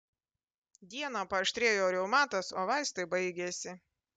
dieną paaštrėjo reumatas o vaistai baigėsi